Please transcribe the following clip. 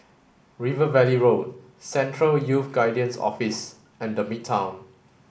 River Valley Road Central Youth Guidance Office and The Midtown